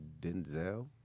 Denzel